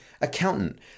accountant